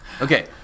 Okay